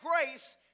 grace